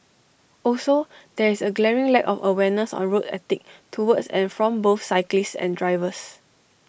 also there is A glaring lack of awareness on road etiquette towards and from both cyclists and drivers